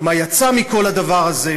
מה יצא מכל הדבר הזה?